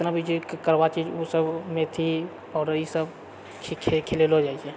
जितनाभी चीज कड़वा चीज ओसब मेथी आओर ई सब खिलेलौ जाइत छेै